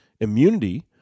Immunity